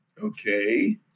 Okay